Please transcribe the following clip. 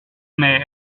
omer